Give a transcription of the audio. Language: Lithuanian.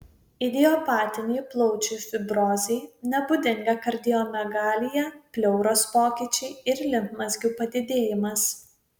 idiopatinei plaučių fibrozei nebūdinga kardiomegalija pleuros pokyčiai ir limfmazgių padidėjimas